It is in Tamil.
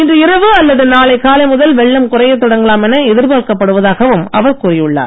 இன்று இரவு அல்லது நாளை காலை முதல் வெள்ளம் குறையத் தொடங்கலாம் என எதிர்பார்க்கப் படுவதாகவம் அவர் கூறியுள்ளார்